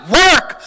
work